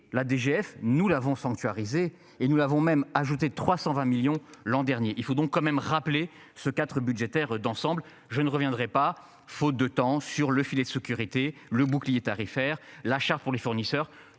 la DGF, nous l'avons sanctuarisé, et nous l'avons même ajouter 320 millions l'an dernier. Il faut donc quand même rappeler ce 4 budgétaire d'ensemble. Je ne reviendrai pas, faute de temps sur le filet de sécurité. Le bouclier tarifaire, la charte pour les fournisseurs